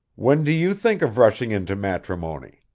when do you think of rushing into matrimony?